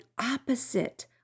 opposite